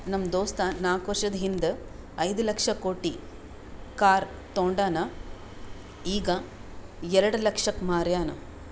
ನಮ್ ದೋಸ್ತ ನಾಕ್ ವರ್ಷದ ಹಿಂದ್ ಐಯ್ದ ಲಕ್ಷ ಕೊಟ್ಟಿ ಕಾರ್ ತೊಂಡಾನ ಈಗ ಎರೆಡ ಲಕ್ಷಕ್ ಮಾರ್ಯಾನ್